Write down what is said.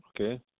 Okay